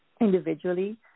individually